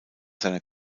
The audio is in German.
seiner